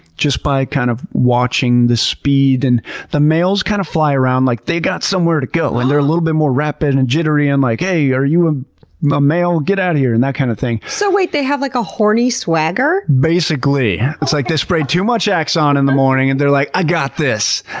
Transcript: just by kind of watching the speed. the males kind of fly around like they got somewhere to go and they're a little bit more rapid and jittery and like, hey are you a male? get out of here! and that kind of thing. so wait, they have like a horny swagger? basically it's like they sprayed too much axe on in the morning and they're like, i got this!